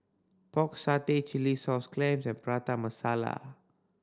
Pork Satay chilli sauce clams and Prata Masala